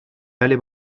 belly